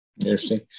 interesting